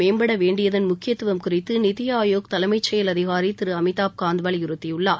மேம்பட வேண்டியதள் முக்கியத்துவம் குறித்து நித்தி ஆயோக் தலைமை செயல் அதிகாரி திரு அமிதாப்காந்த் வலியுறுத்தியுள்ளார்